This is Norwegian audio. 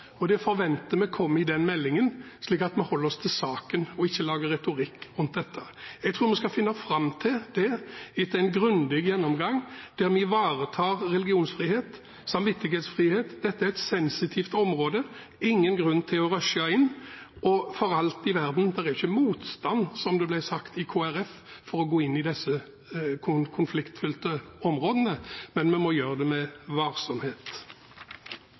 og det forventer vi kommer i den meldingen, slik at vi holder oss til saken og ikke lager retorikk rundt dette. Jeg tror vi skal finne fram til det etter en grundig gjennomgang, der vi ivaretar religionsfrihet, samvittighetsfrihet – dette er et sensitivt område, det er ingen grunn til å rushe inn. Og for all del: det er jo ikke motstand mot, som det ble sagt, i Kristelig Folkeparti å gå inn på disse konfliktfylte områdene, men vi må gjøre det med varsomhet.